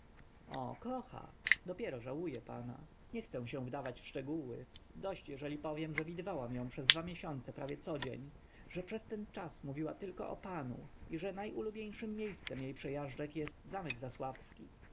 o kocha dopiero żałuje pana nie chcę się wdawać w szczegóły dość jeżeli powiem że widywałam ją przez dwa miesiące prawie co dzień że przez ten czas mówiła tylko o panu i że najulubieńszem miejscem jej przejażdżek jest zamek zasławski